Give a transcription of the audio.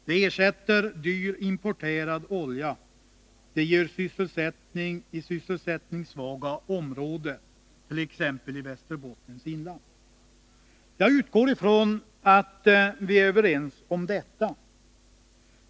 Det ersätter dyr importerad olja och ger sysselsättning i sysselsättningssvaga områden, t.ex. i Västerbottens inland. Jag utgår ifrån att vi är överens om detta.